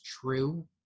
true